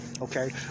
Okay